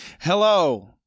Hello